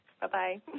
Bye-bye